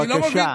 בבקשה.